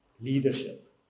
leadership